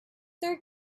their